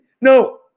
No